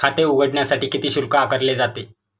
खाते उघडण्यासाठी किती शुल्क आकारले जाते?